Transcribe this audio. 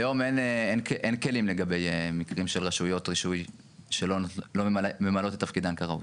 היום אין כלים לגבי מקרים של רשויות רישוי שלא מלאות את תפקידן כראוי,